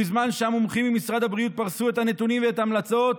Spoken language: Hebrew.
בזמן שהמומחים ממשרד הבריאות פרסו את הנתונים ואת ההמלצות,